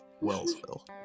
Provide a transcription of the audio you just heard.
Wellsville